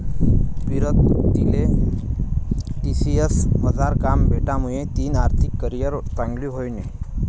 पीरतीले टी.सी.एस मझार काम भेटामुये तिनी आर्थिक करीयर चांगली व्हयनी